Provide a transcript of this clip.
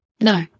No